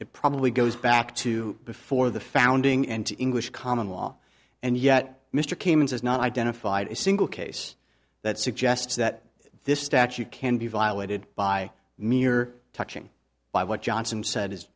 it probably goes back to before the founding and english common law and yet mr caymans has not identified a single case that suggests that this statute can be violated by mere touching by what johnson said is